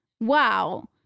wow